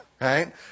right